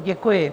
Děkuji.